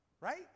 Right